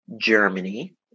Germany